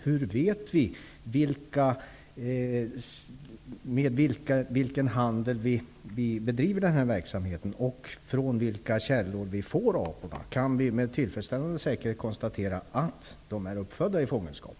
Hur vet vi vilken handel som bedrivs och varifrån aporna kommer? Kan vi med tillfredsställande säkerhet konstatera att de är uppfödda i fångenskap?